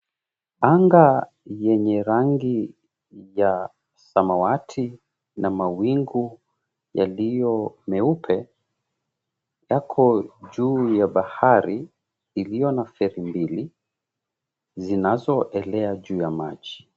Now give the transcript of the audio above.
Anga yenye rangi ya samawati na mawingu yaliyo meupe yako juu ya bahari iliyo na feri mbili zinazoelea juu ya maji.